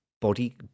body